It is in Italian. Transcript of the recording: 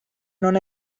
non